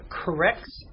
corrects